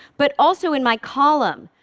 but also in my column.